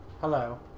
Hello